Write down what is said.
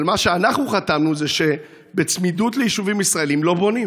מה שאנחנו חתמנו זה שבצמידות ליישובים ישראליים לא בונים.